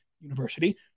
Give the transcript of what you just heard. University